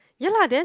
ya lah then